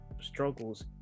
struggles